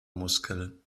muskel